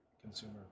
consumer